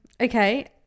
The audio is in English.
okay